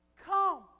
come